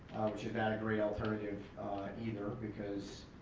which is not a great alternative either because,